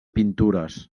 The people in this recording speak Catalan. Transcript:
pintures